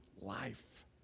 life